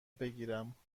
بگیرم